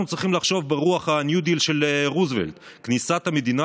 אנחנו צריכים לחשוב ברוח הניו-דיל של רוזוולט: כניסת המדינה